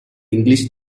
english